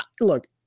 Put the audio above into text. look